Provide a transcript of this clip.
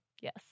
yes